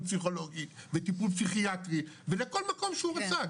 פסיכולוגי וטיפול פסיכיאטרי ולכל מקום שהוא רצה,